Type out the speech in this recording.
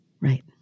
right